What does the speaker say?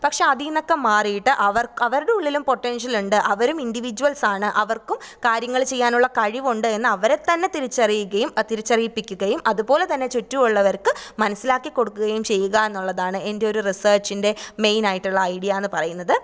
പക്ഷെ അതിൽനിന്നൊക്കെ മാറിയിട്ട് അവർക്ക് അവരുടെ ഉള്ളിലും പൊട്ടൻഷ്യൽ ഉണ്ട് അവരും ഇൻറ്റിവിഡ്യൂൽസ് ആണ് അവർക്കും കാര്യങ്ങൾ ചെയ്യാനുള്ള കഴിവുണ്ട് എന്ന് അവരെ തന്നെ തിരിച്ചറിയുകയും തിരിച്ചറിയിപ്പിക്കുകയും അതുപോലെത്തന്നെ ചുറ്റുമുള്ളവർക്ക് മനസ്സിലാക്കി കൊടുക്കുകയും ചെയ്യുക എന്നുള്ളതാണ് എൻറ്റെ ഒരു റിസേർച്ചിൻ്റെ മെയിൻ ആയിട്ടുള്ള ഐഡിയാ എന്ന് പറയുന്നത്